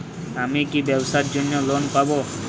আমি কি ব্যবসার জন্য লোন পাব?